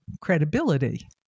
credibility